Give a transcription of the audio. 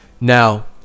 Now